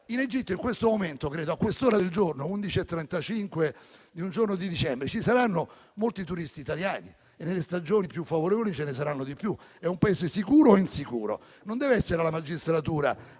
In Egitto in questo momento, a quest'ora del giorno (sono le ore 11,35 di un giorno di dicembre), ci saranno molti turisti italiani e nelle stagioni più favorevoli ce ne saranno di più. È un Paese sicuro o insicuro? Non deve essere la magistratura